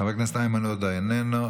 חבר הכנסת איימן עודה, איננו.